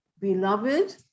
beloved